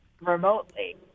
remotely